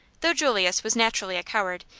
though julius was naturally a coward,